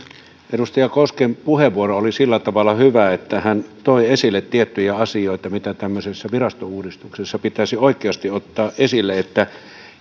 edustaja kosken puheenvuoro oli sillä tavalla hyvä että hän toi esille tiettyjä asioita mitä tämmöisessä virastouudistuksessa pitäisi oikeasti ottaa esille